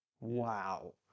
Wow